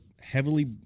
heavily